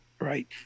right